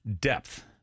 depth